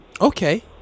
Okay